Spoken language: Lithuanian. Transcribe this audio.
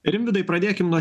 rimvydai pradėkime nuo